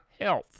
health